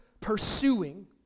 pursuing